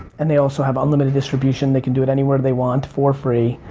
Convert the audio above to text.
and they also have unlimited distribution. they can do it anywhere they want for free.